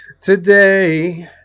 today